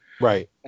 Right